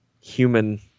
human